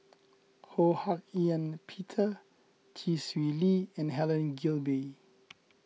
Ho Hak Ean Peter Chee Swee Lee and Helen Gilbey